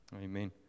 Amen